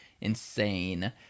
insane